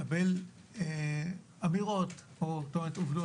לקבל אמירות או עובדות,